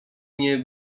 nie